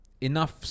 Enough